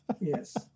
Yes